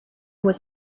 was